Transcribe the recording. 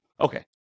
okay